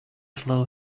slow